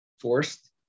forced